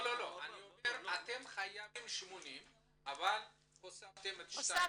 אתם חייבים 80, אבל הוספתם עוד שניים.